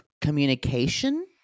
communication